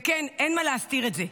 וכן, אין מה להסתיר את זה.